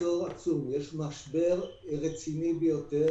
מחסור עצום, משבר רציני ביותר